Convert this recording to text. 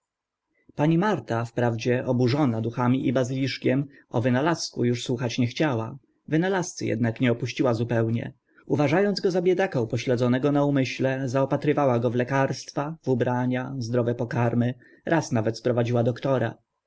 pani marta wprawdzie oburzona duchami i bazyliszkiem o wynalazku uż ani słuchać nie chciała wynalazcy ednak nie opuściła zupełnie uważa ąc go za biedaka upo zwierciadlana zagadka śledzonego na umyśle zaopatrywała go w lekarstwa w ubrania zdrowe pokarmy raz nawet sprowadziła doktora